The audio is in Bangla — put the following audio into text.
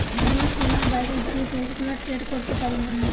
কোন সীমার বাইরে যে দেশ গুলা ট্রেড করতে পারিনা